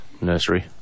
Nursery